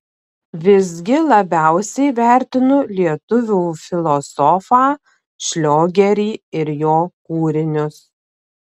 visgi labiausiai vertinu lietuvių filosofą šliogerį ir jo kūrinius